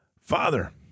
Father